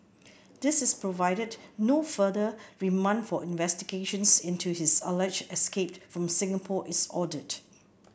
this is provided no further remand for investigations into his alleged escape from Singapore is ordered